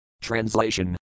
Translation